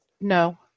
No